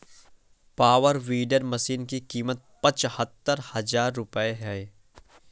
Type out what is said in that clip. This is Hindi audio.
पावर वीडर मशीन की कीमत पचहत्तर हजार रूपये है